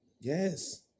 Yes